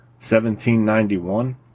1791